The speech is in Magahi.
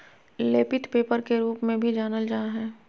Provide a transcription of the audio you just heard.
लेपित पेपर के रूप में भी जानल जा हइ